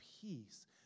peace